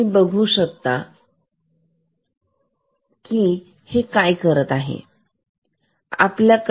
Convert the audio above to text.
तुम्ही फक्त बघा आपण काय करत आहोत